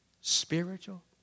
spiritual